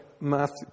Matthew